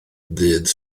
ddydd